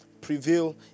prevail